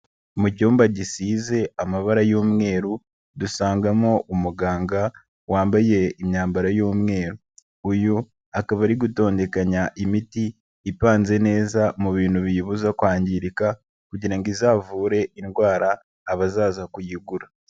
Mu cyumba gisize amabara y'umweru, dusangamo umuganga wambaye imyambaro y'umweru, uyu akaba ari gutondekanya imiti ipanze neza mu bintu biyibuza kwangirika kugira ngo izavure indwara abazaza kuyigura.